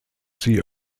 sie